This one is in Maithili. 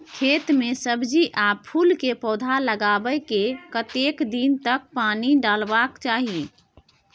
खेत मे सब्जी आ फूल के पौधा लगाबै के कतेक दिन तक पानी डालबाक चाही?